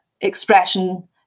expression